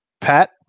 Pat